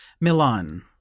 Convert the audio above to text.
Milan